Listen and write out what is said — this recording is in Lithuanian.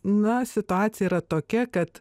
na situacija yra tokia kad